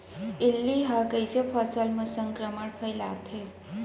इल्ली ह कइसे फसल म संक्रमण फइलाथे?